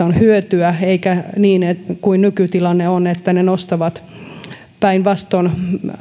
on hyötyä eikä niin kuin nykytilanne on että ne nostavat päinvastoin